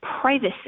privacy